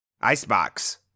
Icebox